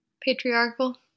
patriarchal